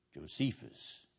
Josephus